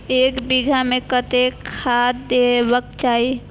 एक बिघा में कतेक खाघ देबाक चाही?